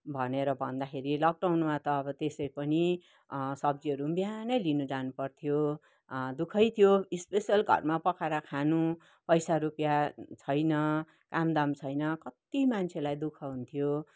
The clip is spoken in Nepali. भनेर भन्दाखेरि लकडाउनमा त अब त्यसै पनि सब्जीहरू पनि बिहानै लिनु जानु पर्थ्यो दुःखै थियो स्पेसल घरमा पकाएर खानु पैसा रुपियाँ छैन कामदाम छैन कति मान्छेलाई दुःख हुन्थ्यो